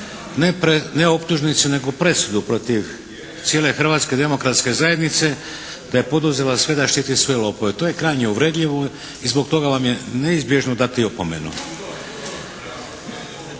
ne optužnicu nego presudu protiv cijele Hrvatske demokratske zajednice da je poduzela sve da štiti svoje lopove. To je krajnje uvredljivo i zbog toga vam je neizbježno dati opomenu.